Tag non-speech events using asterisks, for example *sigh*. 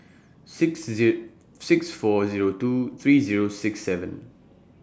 six *unintelligible* six four Zero two three Zero six seven